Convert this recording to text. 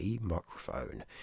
microphone